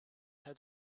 had